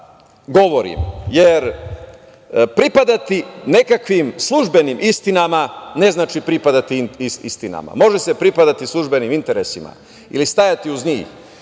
govorim, jer pripadati nekakvim službenim istinama ne znači pripadati istinama. Može se pripadati službenim interesima ili stajati uz njih,